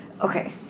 Okay